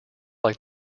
like